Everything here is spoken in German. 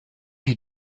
die